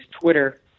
Twitter